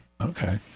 Okay